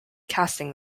casting